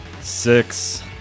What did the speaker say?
Six